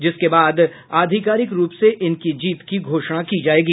जिसके बाद आधिकारिक रूप से इनकी जीत की घोषणा की जायेगी